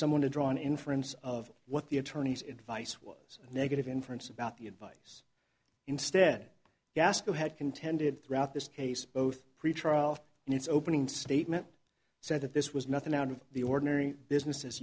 someone to draw an inference of what the attorney's advice was a negative inference about the advice instead gaskell had contended throughout this case both pretrial and its opening statement said that this was nothing out of the ordinary business as